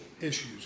issues